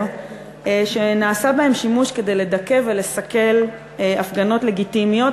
שנעשה בהן שימוש כדי לדכא ולסכל הפגנות לגיטימיות,